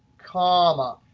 comma,